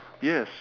yes